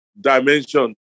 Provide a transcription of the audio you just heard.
dimension